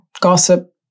gossip